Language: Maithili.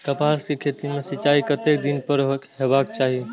कपास के खेती में सिंचाई कतेक दिन पर हेबाक चाही?